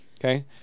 Okay